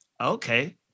okay